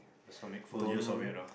don't